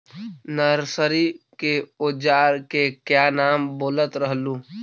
Nursery के ओजार के क्या नाम बोलत रहलू?